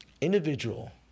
individual